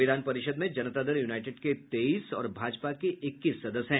विधान परिषद में जनता दल युनाइटड के तेईस और भाजपा के इक्कीस सदस्य हैं